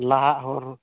ᱞᱟᱦᱟᱜ ᱦᱚᱨ